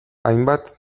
hainbat